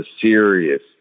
serious